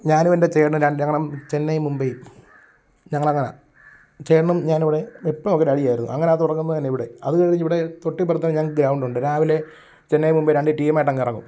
ഞാനും എൻ്റെ ചേട്ടനും രണ്ട് ഞങ്ങൾ ചെന്നൈ മുംബൈ ഞങ്ങളങ്ങനെയാ ചേട്ടനും ഞാനും കൂടെ എപ്പം നോക്കിയാലും അടിയായിരുന്നു അങ്ങനെയാ തുടങ്ങുന്നതുതന്നെ ഇവിടെ അതുകഴിഞ്ഞ് ഇവിടെ തൊട്ടിപ്പുറത്ത് ഞങ്ങൾക്ക് ഗ്രൗണ്ടുണ്ട് രാവിലെ ചെന്നൈ മുംബൈ രണ്ട് ടീമായിട്ടങ്ങിറങ്ങും